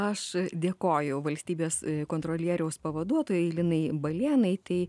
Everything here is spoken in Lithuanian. aš dėkoju valstybės kontrolieriaus pavaduotojai linai balėnaitei